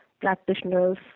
practitioners